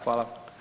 Hvala.